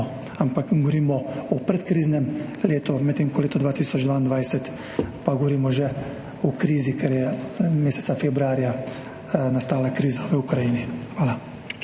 ampak govorimo o predkriznem letu, medtem ko leta 2022 pa govorimo že o krizi, ker je meseca februarja nastala kriza v Ukrajini. Hvala.